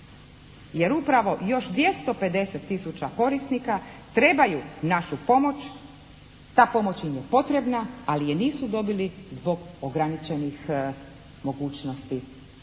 jer upravo još 250 tisuća korisnika trebaju našu pomoć. Ta pomoć im je potrebna ali je nisu dobili zbog ograničenih mogućnosti,